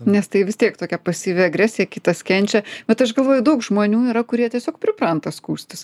nes tai vis tiek tokia pasyvi agresija kitas kenčia bet aš galvoju daug žmonių yra kurie tiesiog pripranta skųstis